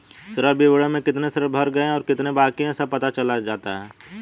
ऋण विवरण में कितने ऋण भर गए और कितने बाकि है सब पता चल जाता है